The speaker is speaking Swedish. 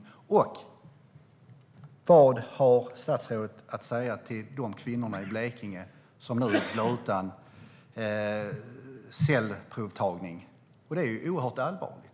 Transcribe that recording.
Jag vill också veta vad statsrådet har att säga till de kvinnor i Blekinge som nu blir utan cellprovtagning. Det är ju oerhört allvarligt.